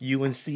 UNC